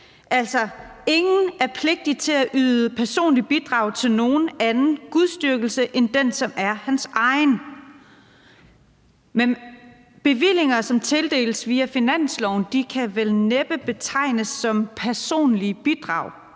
står: »Ingen er pligtig at yde personlige bidrag til nogen anden gudsdyrkelse end den, som er hans egen«. Men bevillinger, som tildeles via finansloven, kan vel næppe betegnes som personlige bidrag